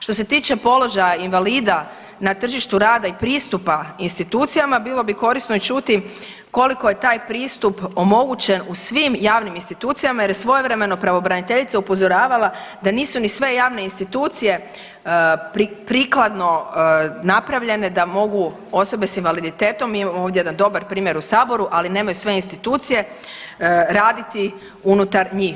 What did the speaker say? Što se tiče položaja invalida na tržištu rada i pristupa institucijama bilo bi korisno i čuti koliko je taj pristup omogućen u svim javnim institucijama jer je svojevremeno pravobraniteljica upozoravala da nisu ni sve javne institucije prikladno napravljene da mogu osobe s invaliditetom, mi imamo ovdje jedan dobar primjer u saboru, ali nemaju sve institucije, raditi unutar njih.